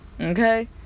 Okay